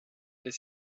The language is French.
les